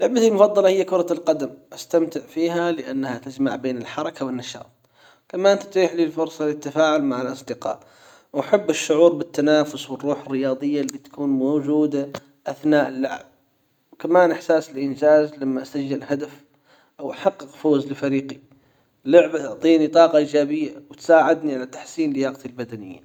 لعبتي المفضلة هي كرة القدم أستمتع فيها لأنها تجمع بين الحركة والنشاط ثم انها تتيح لي الفرصة للتفاعل مع الأصدقاء أحب الشعور بالتنافس والروح الرياضية اللي تكون موجودة اثناء اللعب وكمان إحساس الإنجاز لما أسجل هدف او أحقق فوز لفريقي لعبة تعطيني طاقة ايجابية وتساعدني على تحسين لياقتي البدنية.